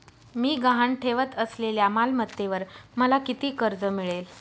मी गहाण ठेवत असलेल्या मालमत्तेवर मला किती कर्ज मिळेल?